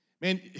Man